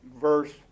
verse